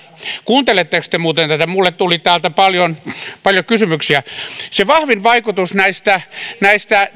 kuunteletteko te muuten tätä minulle tuli täältä paljon paljon kysymyksiä se vahvin vaikutus näistä näistä